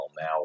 now